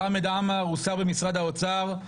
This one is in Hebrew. חמד עמאר הוא שר במשרד האוצר,